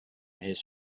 his